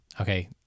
okay